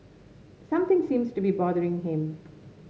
something seems to be bothering him